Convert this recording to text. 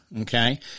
Okay